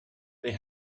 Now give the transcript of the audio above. they